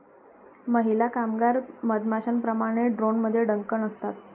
महिला कामगार मधमाश्यांप्रमाणे, ड्रोनमध्ये डंक नसतात